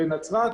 לנצרת,